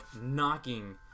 knocking